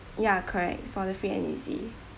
ya correct for the free and easy